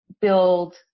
build